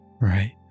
right